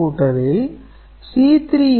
C2 G2 P2C1 Substituting C1 from Eq